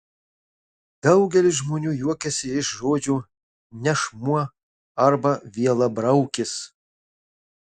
daugelis žmonių juokiasi iš žodžio nešmuo arba vielabraukis